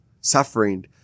suffering